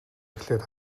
эхлээд